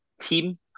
team